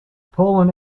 poland